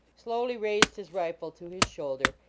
slowly raised his rifle to his shoulder,